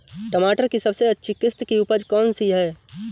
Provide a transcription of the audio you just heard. टमाटर की सबसे अच्छी किश्त की उपज कौन सी है?